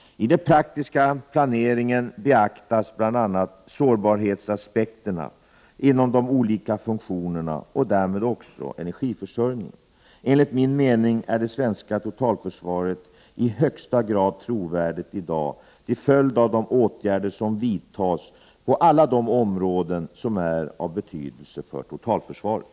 I den praktiska planeringen beaktas bl.a. sårbarhetsaspekterna inom de olika funktionerna och därmed också energiförsörjningen. Enligt min mening är det svenska totalförsvaret i högsta grad trovärdigt i dag till följd av de åtgärder som vidtas på alla de områden som är av betydelse för totalförsvaret.